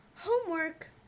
Homework